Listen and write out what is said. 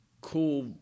cool